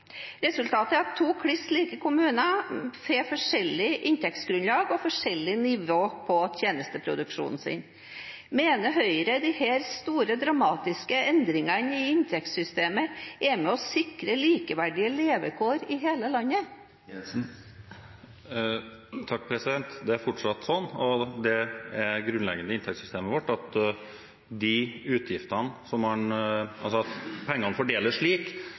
Resultatet er at to kliss like kommuner får forskjellig inntektsgrunnlag og forskjellig nivå på tjenesteproduksjonen sin. Mener Høyre at disse store, dramatiske endringene i inntektssystemet er med på å sikre likeverdige levekår i hele landet? Det er fortsatt sånn – og det er grunnleggende i inntektssystemet vårt – at pengene fordeles slik